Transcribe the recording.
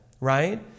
right